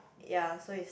ya so is